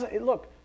Look